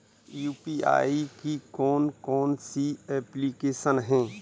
UPI की कौन कौन सी एप्लिकेशन हैं?